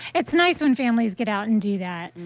it is nice when families get out and do that.